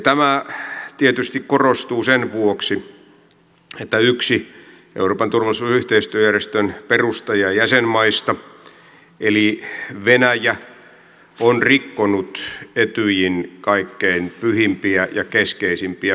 tämä tietysti korostuu sen vuoksi että yksi euroopan turvallisuus ja yhteistyöjärjestön perustajajäsenmaista eli venäjä on rikkonut etyjin kaikkein pyhimpiä ja keskeisimpiä periaatteita